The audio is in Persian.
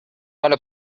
حال